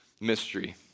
mystery